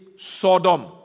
Sodom